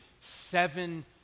seven